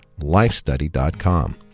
lifestudy.com